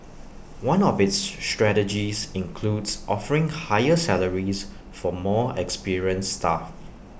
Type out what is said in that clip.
one of its strategies includes offering higher salaries for more experienced staff